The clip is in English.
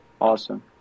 awesome